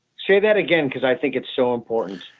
say that again because i think it's so important.